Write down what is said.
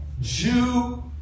Jew